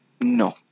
No